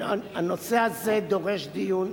הנושא הזה דורש דיון.